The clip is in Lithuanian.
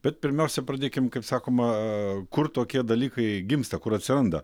bet pirmiausia pradėkim kaip sakoma kur tokie dalykai gimsta kur atsiranda